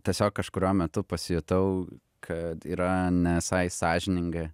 tiesiog kažkuriuo metu pasijutau kad yra ne visai sąžiningai